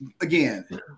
Again